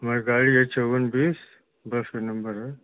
हमारी गाड़ी है चौवन बीस बस का नम्बर है